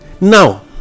Now